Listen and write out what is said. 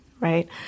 Right